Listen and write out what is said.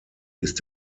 ist